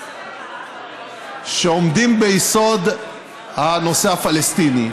שעומדים ביסוד הנושא הפלסטיני.